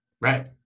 right